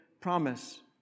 promise